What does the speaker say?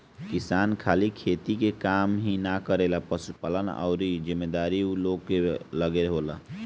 किसान खाली खेती के काम ही ना करेलें, पशुपालन आ अउरो जिम्मेदारी ऊ लोग कअ लगे होला